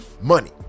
money